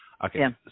Okay